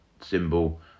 symbol